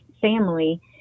family